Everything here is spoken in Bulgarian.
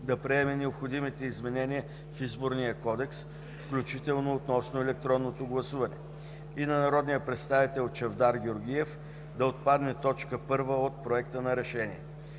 да приеме необходимите изменения в Изборния кодекс, включително относно електронното гласуване, и на народния представител Чавдар Георгиев – да отпадне т. 1 от Проекта на решение.